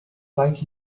like